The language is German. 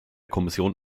kommission